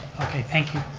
okay, thank you.